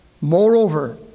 Moreover